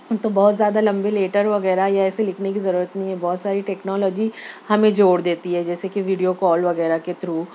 تو بہت زیادہ لمبے لیٹر وغیرہ یا ایسے لکھنے کی ضرورت نہیں ہے بہت ساری ٹیکنالوجی ہمیں جوڑ دیتی ہے جیسے کہ ویڈیو کال وغیرہ کے تھرو